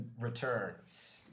returns